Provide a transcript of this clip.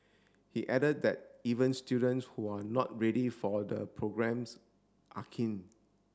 he added that even students who are not ready for the programmes are keen